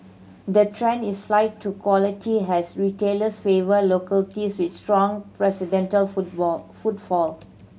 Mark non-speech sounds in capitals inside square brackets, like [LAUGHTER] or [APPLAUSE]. the trend is flight to quality has retailers favour localities with strong [UNINTELLIGIBLE] football footfall